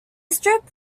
strip